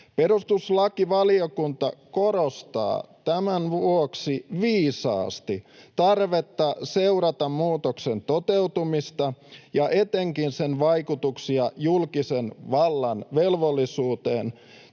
Perustuslakivaliokunta korostaa tämän vuoksi viisaasti tarvetta seurata muutoksen toteutumista ja etenkin sen vaikutuksia julkisen vallan velvollisuuteen